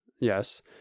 Yes